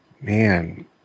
Man